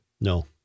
No